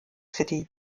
city